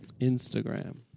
Instagram